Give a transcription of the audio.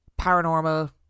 paranormal